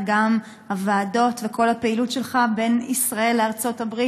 וגם הוועדות וכל הפעילות שלך בין ישראל לארצות-הברית,